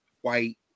white